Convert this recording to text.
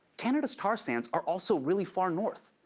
canada's tar sands are also really far north,